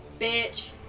bitch